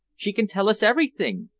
she can tell us everything!